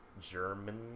German